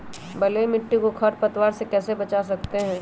बलुई मिट्टी को खर पतवार से कैसे बच्चा सकते हैँ?